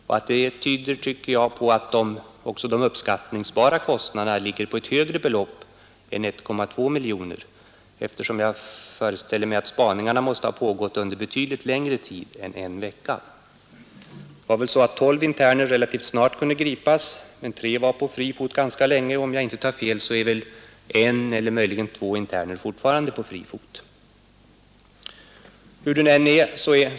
Det anser jag tyder på att också de uppskattningsbara kostnaderna ligger på ett högre belopp än d AN k fi ; i el Torsdagen den än dessa 1,2 miljoner kronor, eftersom spaningarna torde ha pågått under IF RHvanbenr 1972 betydligt längre tid än en vecka. Även om tolv interner relativt snart kunde gripas var ju tre på fri fot ganska länge, och om jag inte tar fel är en eller möjligen två fortfarande på fri fot.